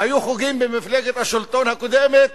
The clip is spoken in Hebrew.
היו חוגים בממשלת השלטון הקודמת